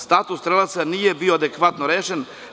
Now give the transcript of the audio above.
Status strelaca nije bio adekvatno rešen.